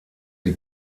die